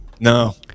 No